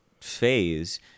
phase